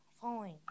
fine